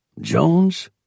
Jones